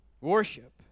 Worship